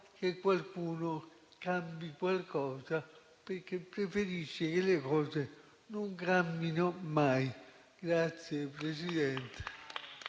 che qualcuno cambi qualcosa, perché preferisce che le cose non cambino mai.